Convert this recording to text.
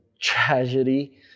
tragedy